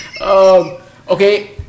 Okay